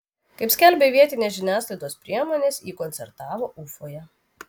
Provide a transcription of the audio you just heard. kaip skelbia vietinės žiniasklaidos priemonės ji koncertavo ufoje